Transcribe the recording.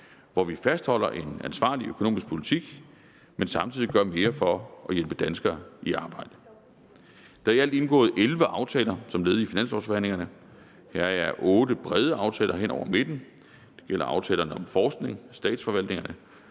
hvilket vi fastholder en ansvarlig økonomisk politik, men samtidig gør mere for at hjælpe danskere i arbejde. Der er i alt indgået 11 aftaler som led i finanslovforhandlingerne, heraf er otte brede aftaler hen over midten. Det gælder aftalerne om forskning, statsforvaltningerne,